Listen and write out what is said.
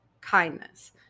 kindness